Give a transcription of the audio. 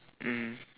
mm